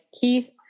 Keith